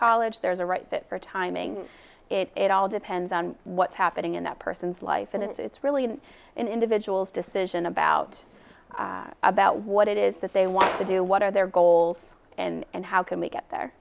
college there's a right fit for timing it all depends on what's happening in that person's life and it's really an individual's decision about about what it is that they want to do what are their goals and how can we get there